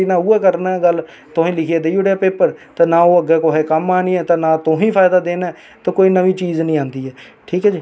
कोई कुसै कन्नै लैना देना नेईं लोक फोने उप्पर लग्गे दे होंदे ना पर अज्ज साढ़े डोगरा कल्चर बिच साढ़े जम्मू बिच इक चीज और दिक्खने गी मिलदी ऐ शामी तुस कुदे बी ग्रां बिच चली जाओ ते लोक जेहके ना जिसी आक्खदे ताश